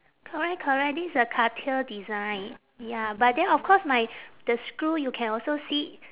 correct correct this is a cartier design ya but then of course my the screw you can also see